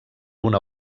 una